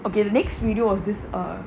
okay next video of this err